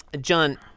John